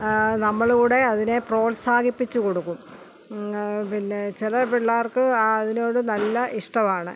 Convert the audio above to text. നമ്മൾ കൂടെ അതിനെ പ്രോത്സാഹിപ്പിച്ച് കൊടുക്കും പിന്നെ ചില പള്ളേർക്ക് അതിനോട് നല്ല ഇഷ്ടമാണ്